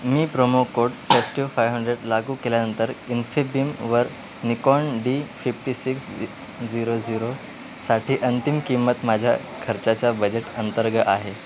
मी promo code festive five hundred लागू केल्यानंतर इम्फिबिमवर Nikon D fifty six zero झिरोसाठी अंतिम किंमत माझ्या खर्चाचा बजेट अंतर्ग आहे